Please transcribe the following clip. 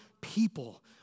people